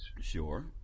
sure